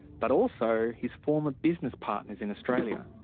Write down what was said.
but also his former business partners in australia.